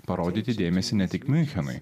parodyti dėmesį ne tik miunchenui